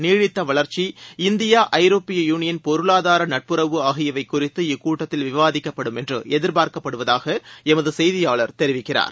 நீடித்த வளர்ச்சி இந்தியா ஐரோப்பிய யூளியன் பொருளாதார நட்புறவு ஆகியவை குறித்து இக்கூட்டத்தில் விவாதிக்கப்படும் என்று எதிபாா்க்கப்படுவதாக எமது செய்தியாளர் தெரிவிக்கிறார்